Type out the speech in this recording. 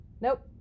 Nope